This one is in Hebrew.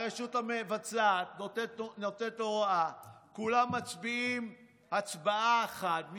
הרשות המבצעת נותנת הוראה וכולם מצביעים הצבעה אחת.